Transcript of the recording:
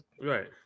Right